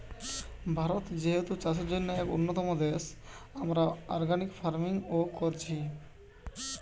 ভারত যেহেতু চাষের জন্যে এক উন্নতম দেশ, আমরা অর্গানিক ফার্মিং ও কোরছি